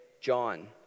John